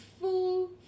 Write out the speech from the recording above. full